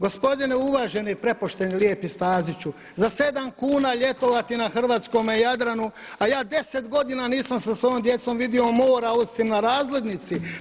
Gospodine uvaženi prepošteni lijepi Staziću za 7 kuna ljetovati na hrvatskome Jadranu a ja 10 godina nisam sa svojom djecom vidio mora osim na razglednici.